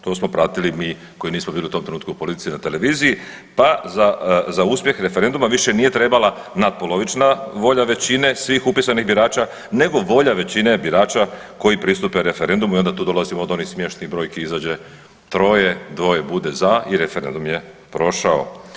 To smo pratili mi koji nisu bili u tom trenutku u politici na televiziji, pa za uspjeh referenduma više nije trebala natpolovična volja većine svih upisanih birača, nego volja većine birača koji pristupe referendumu i onda tu dolazimo do onih smiješnih brojki izađe troje, dvoje bude za i referendum je prošao.